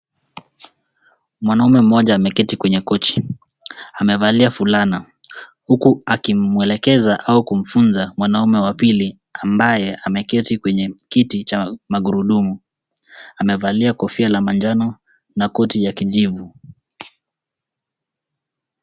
Mwanaume mmoja ameketi kwenye kochi. Amevalia fulana huku akimwelekeza au kumfunza mwanaume wa pili ambaye ameketi kwenye kiti cha magurudumu. Amevalia kofia la manjano na koti ya kijivu.